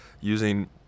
using